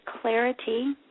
clarity